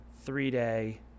three-day